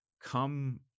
come